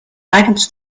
items